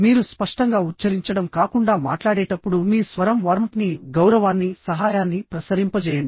మీరు స్పష్టంగా ఉచ్ఛరించడం కాకుండా మాట్లాడేటప్పుడు మీ స్వరం వార్మ్త్ ని గౌరవాన్ని సహాయాన్ని ప్రసరింపజేయండి